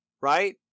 right